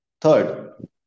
Third